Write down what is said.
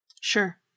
sure